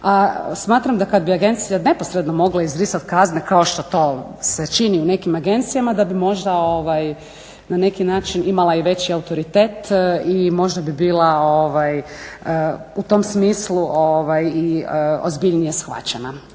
Smatram da kad bi agencija neposredno mogla izricat kazne kao što to se čini u nekim agencijama da bi možda na neki način imala i veći autoritet i možda bi bila u tom smislu i ozbiljnije shvaćena.